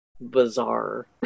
bizarre